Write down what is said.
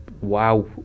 wow